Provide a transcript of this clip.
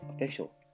official